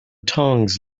tongs